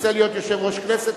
תרצה להיות יושב-ראש הכנסת,